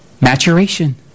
maturation